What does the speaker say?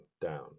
down